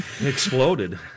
Exploded